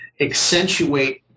accentuate